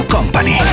Company